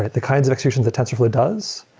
the kinds of executions that tensorflow does,